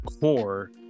core